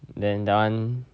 then done